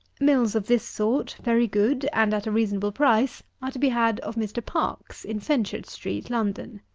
mills of this sort, very good, and at a reasonable price, are to be had of mr. parkes, in fenchurch-street, london.